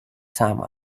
time